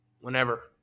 whenever